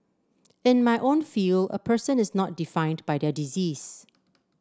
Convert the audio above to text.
in my own field a person is not defined by their disease